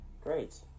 Great